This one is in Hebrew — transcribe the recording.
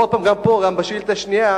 אבל עוד פעם, גם פה, גם בשאילתא השנייה,